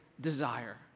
desire